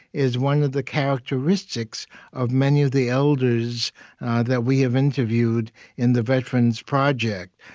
is one of the characteristics of many of the elders that we have interviewed in the veterans project,